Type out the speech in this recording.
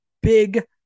big